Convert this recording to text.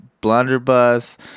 Blunderbuss